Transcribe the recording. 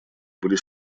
были